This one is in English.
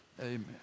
amen